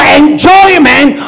enjoyment